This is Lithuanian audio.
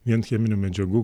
vien cheminių medžiagų